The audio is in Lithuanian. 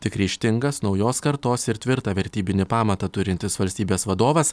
tik ryžtingas naujos kartos ir tvirtą vertybinį pamatą turintis valstybės vadovas